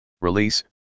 Release